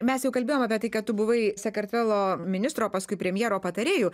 mes jau kalbėjom apie tai kad tu buvai sakartvelo ministro paskui premjero patarėju